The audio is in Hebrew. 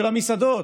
של המסעדות: